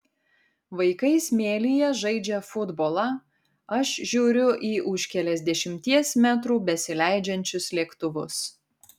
vaikai smėlyje žaidžia futbolą aš žiūriu į už keliasdešimties metrų besileidžiančius lėktuvus